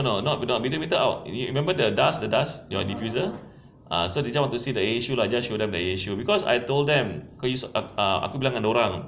no no not B_T meter out ni remember dust the dust the diffuser ah so they just want to see the air issue so just show them the air issue because I told them ah aku bilang dengan dia orang